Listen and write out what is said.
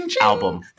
Album